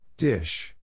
Dish